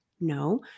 No